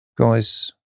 guys